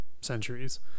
centuries